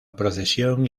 procesión